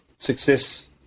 success